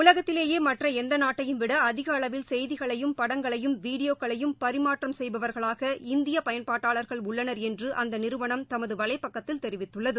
உலகத்திலேயே மற்ற எந்த நாட்டையும் விட அதிக அளவில் செய்திகளையும் படங்களையும் வீடியோக்களையும் பரிமாற்றம் செய்பவர்களாக இந்திய பயன்பாட்டாளர்கள் உள்ளனர் என்று அந்நிறுவனம் தமது வலைப்பக்கத்தில் தெரிவித்துள்ளது